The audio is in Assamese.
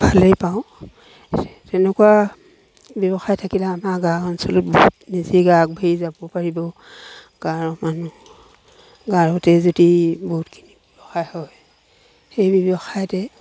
ভালেই পাওঁ তেনেকুৱা ব্যৱসায় থাকিলে আমাৰ গাঁও অঞ্চলত বহুত নিজে গাঁও আগবঢ়ি যাব পাৰিব গাঁৱৰ মানুহ গাঁৱতে যদি বহুতখিনি ব্যৱসায় হয় সেই ব্যৱসায়তে